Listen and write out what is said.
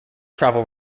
travel